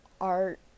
art